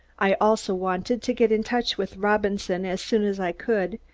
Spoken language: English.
i also wanted to get in touch with robinson as soon as i could,